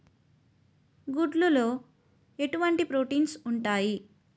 గుడ్లు లో ఎటువంటి ప్రోటీన్స్ ఉంటాయి?